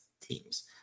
teams